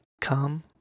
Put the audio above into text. come